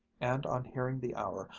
and on hearing the hour,